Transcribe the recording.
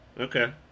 Okay